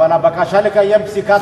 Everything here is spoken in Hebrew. אבל הבקשה לקיים פסיקת בג"ץ,